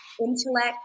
intellect